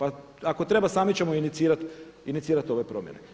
Ako treba samo ćemo inicirati ove promjene.